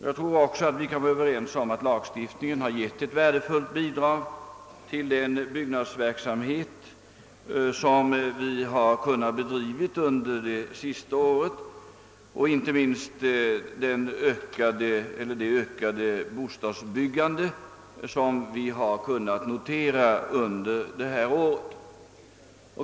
Jag tror också att vi kan vara överens om att lagstiftningen om byggnadstillstånd har varit ett värdefullt bidrag vid den byggnadsverksamhet som har kunnat bedrivas under de senaste åren och inte minst det ökade bostadsbyggande som har kunnat noteras innevarande år.